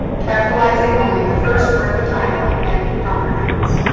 capitalizing only the first word of a title and proper nouns.